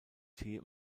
tee